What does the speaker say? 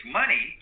money